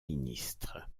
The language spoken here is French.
ministre